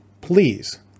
please